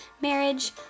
marriage